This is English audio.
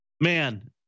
man